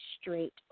straight